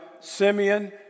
Simeon